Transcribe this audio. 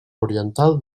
oriental